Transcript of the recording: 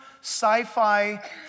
sci-fi